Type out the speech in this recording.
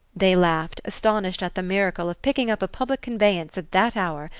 they laughed, astonished at the miracle of picking up a public conveyance at that hour,